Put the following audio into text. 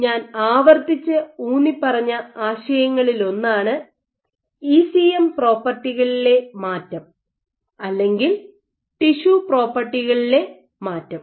ഞാൻ ആവർത്തിച്ച് ഊന്നിപ്പറഞ്ഞ ആശയങ്ങളിലൊന്നാണ് ഇസിഎം പ്രോപ്പർട്ടികളിലെ മാറ്റം അല്ലെങ്കിൽ ടിഷ്യു പ്രോപ്പർട്ടികളിലെ മാറ്റം